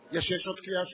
יש, יש עוד קריאה שלישית.